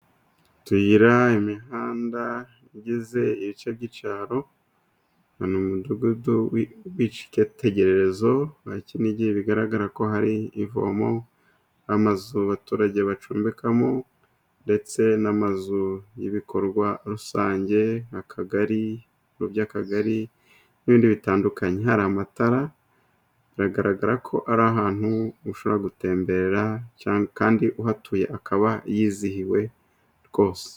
Utuyira imihanda igize ibice by'icyaro ni umudugudu w'icyitegererezo wa kinigi, bigaragara ko hari ivomo, amazu abaturage bacumbikamo ndetse n'amazu y'ibikorwa rusange, nka kagari ibiro by'akagari n'ibindi bitandukanye hari amatara, biragaragarako ari ahantu ushobora gutembera kandi uhatuye akaba yizihiwe rwose.